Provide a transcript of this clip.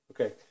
Okay